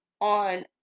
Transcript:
on